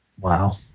wow